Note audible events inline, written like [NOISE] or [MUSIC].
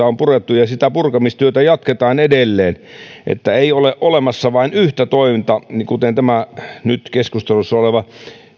[UNINTELLIGIBLE] on purettu ja sitä purkamistyötä jatketaan edelleen ei ole olemassa vain yhtä tointa kuten tämä nyt keskustelussa oleva